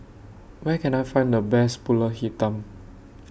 Where Can I Find The Best Pulut Hitam